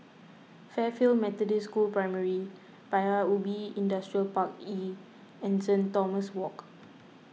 Fairfield Methodist School Primary Paya Ubi Industrial Park E and Saint Thomas Walk